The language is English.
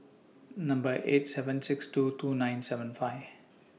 Number eight seven six two two nine seven five